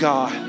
God